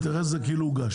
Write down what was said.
נתייחס לזה כאילו הוגש.